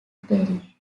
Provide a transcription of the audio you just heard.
bury